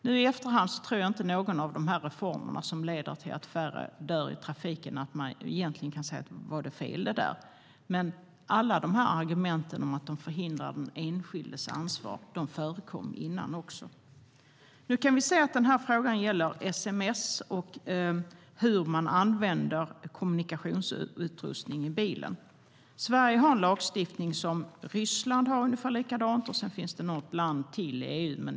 Nu i efterhand tror jag inte att man kan säga att någon av de reformer som leder till att färre dör i trafiken var fel, men alla argument om att de förhindrar den enskildes ansvar förekom också tidigare. När det gäller sms och hur man använder kommunikationsutrustning i bilar har Sverige en lagstiftning liknande den i Ryssland och något land till i EU.